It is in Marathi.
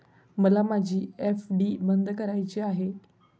मला माझी एफ.डी बंद करायची आहे